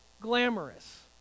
glamorous